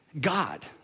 God